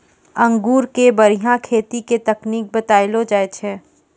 अंगूर के बढ़िया खेती के तकनीक बतइलो जाय छै